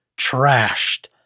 trashed